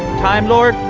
time lord,